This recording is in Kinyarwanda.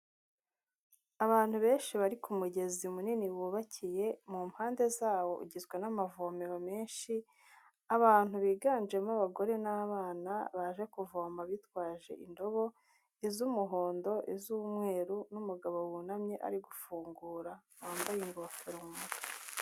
Abantu benshi bari ku mugezi munini wubakiye, mu mande zawo ugizwe na mavomero menshi. Abantu biganjemo abagore n' abana baje kuvoma bitwaje indobo iz' umuhondo, iz' umweru n' mugabo wunamye uri gufungura wambaye ingofero mu mutwe.